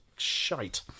shite